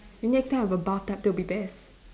the next time I have a bathtub that would be best